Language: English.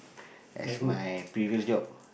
as my previous job